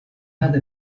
هذا